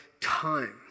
time